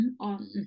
on